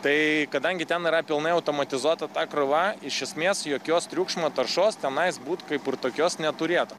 tai kadangi ten yra pilnai automatizuota ta krova iš esmės jokios triukšmo taršos tenais būt kaip ir tokios neturėtų